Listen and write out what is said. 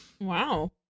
Wow